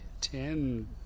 Ten